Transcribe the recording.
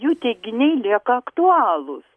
jų teiginiai lieka aktualūs